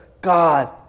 God